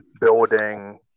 building